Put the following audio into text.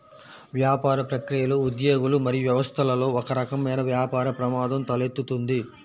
వ్యాపార ప్రక్రియలు, ఉద్యోగులు మరియు వ్యవస్థలలో ఒకరకమైన వ్యాపార ప్రమాదం తలెత్తుతుంది